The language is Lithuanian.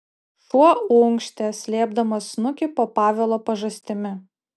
šuo unkštė slėpdamas snukį po pavelo pažastimi